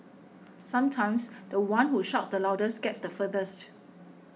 sometimes the one who shouts the loudest gets the furthest